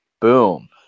Boom